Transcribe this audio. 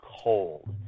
cold